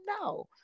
no